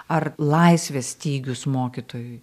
ar laisvės stygius mokytojui